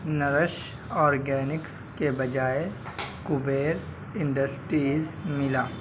Nourish organics کے بجائے Kabir industries ملا